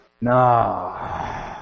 No